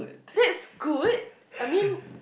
that's good I mean